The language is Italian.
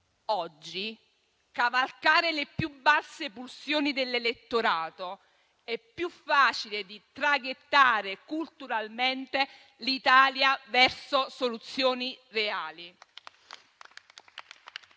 Oggi cavalcare le più basse pulsioni dell'elettorato è più facile che traghettare culturalmente l'Italia verso soluzioni reali.